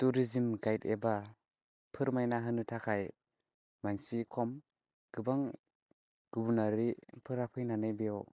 tourism guide एबा फोरमायना होनो थाखाय मानसि खम गोबां गुबुनारिफोरा फैनानै बेयाव